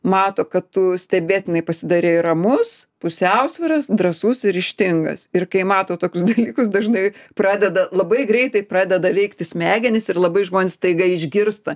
mato kad tu stebėtinai pasidarei ramus pusiausviras drąsus ir ryžtingas ir kai mato tokius dalykus dažnai pradeda labai greitai pradeda veikti smegenys ir labai žmonės staiga išgirsta